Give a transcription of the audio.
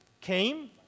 came